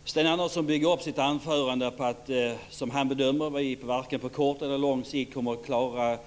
Herr talman! Sten Andersson bygger upp sitt anförande på att vi, som han bedömer det, inte kommer att klara